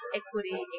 equity